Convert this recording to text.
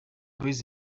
boys